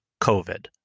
COVID